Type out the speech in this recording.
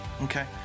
Okay